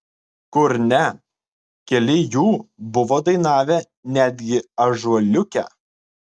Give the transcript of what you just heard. kur ne keli jų buvo dainavę netgi ąžuoliuke